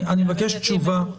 אני מבקש תשובה.